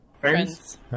friends